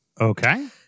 Okay